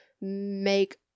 make